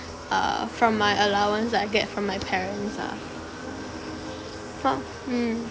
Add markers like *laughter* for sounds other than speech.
*breath* err from my allowance that I get from my parents ah f~ mm